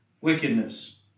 wickedness